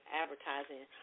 advertising